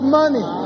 money